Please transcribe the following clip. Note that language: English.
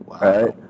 right